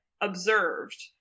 observed